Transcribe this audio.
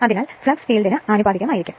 അതിനാൽ ഫ്ലക്സ് ഫീൽഡിന് ആനുപാതികമാണ്